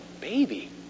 baby